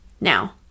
Now